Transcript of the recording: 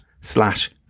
slash